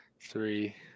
three